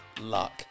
luck